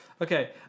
Okay